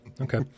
Okay